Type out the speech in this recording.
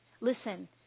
Listen